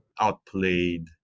outplayed